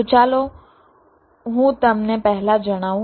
તો ચાલો હું તમને પહેલા જણાવું